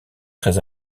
très